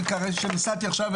וכשנסעתי עכשיו,